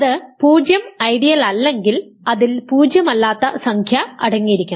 അത് 0 ഐഡിയലല്ലെങ്കിൽ അതിൽ പൂജ്യമല്ലാത്ത സംഖ്യ അടങ്ങിയിരിക്കണം